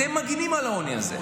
אתם מגינים על העוני הזה.